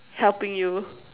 helping you